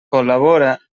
col·labora